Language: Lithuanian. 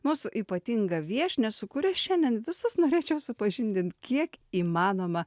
mūsų ypatingą viešnią su kuria šiandien visas norėčiau supažindint kiek įmanoma